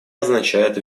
означает